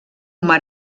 mar